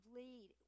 lead